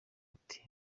ati